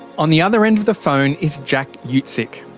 on the other end of the phone is jack yeah utsick.